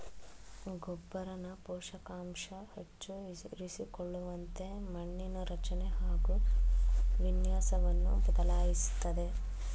ಗೊಬ್ಬರನ ಪೋಷಕಾಂಶ ಹೆಚ್ಚು ಇರಿಸಿಕೊಳ್ಳುವಂತೆ ಮಣ್ಣಿನ ರಚನೆ ಹಾಗು ವಿನ್ಯಾಸವನ್ನು ಬದಲಾಯಿಸ್ತದೆ